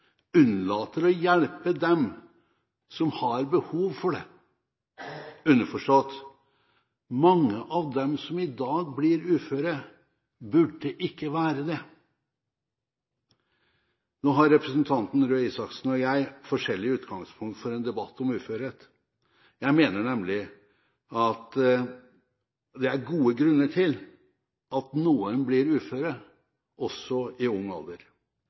unnlater å hjelpe dem som har behov for det. Underforstått: Mange av dem som i dag blir uføre, burde ikke være det. Nå har representanten Røe Isaksen og jeg forskjellig utgangspunkt for en debatt om uførhet. Jeg mener nemlig det er gode grunner til at noen blir uføre – også i ung alder.